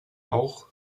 auch